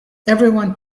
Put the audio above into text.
everyone